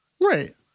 Right